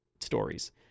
stories